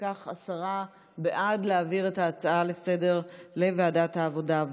ההצעה להעביר את הנושא לוועדת העבודה,